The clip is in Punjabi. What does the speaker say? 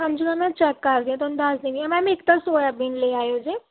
ਹਾਂਜੀ ਮੈਮ ਮੈਂ ਚੈੱਕ ਕਰ ਕੇ ਤੁਹਾਨੂੰ ਦੱਸ ਦੀ ਹਾਂ ਮੈਮ ਇੱਕ ਤਾਂ ਸੋਇਆਬੀਨ ਲਈ ਆਇਓ ਜੇ